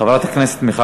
חברת הכנסת מיכל